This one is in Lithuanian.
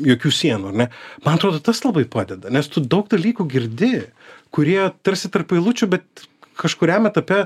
jokių sienų ane man atrodo tas labai padeda nes tu daug dalykų girdi kurie tarsi tarp eilučių bet kažkuriam etape